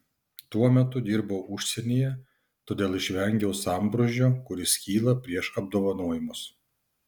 tuo metu dirbau užsienyje todėl išvengiau sambrūzdžio kuris kyla prieš apdovanojimus